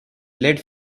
lead